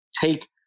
take